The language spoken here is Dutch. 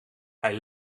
hij